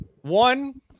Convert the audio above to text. One